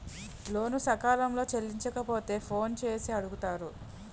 లోను సకాలంలో చెల్లించకపోతే ఫోన్ చేసి అడుగుతారు